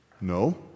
No